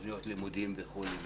תוכניות לימודים וכולי.